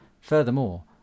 Furthermore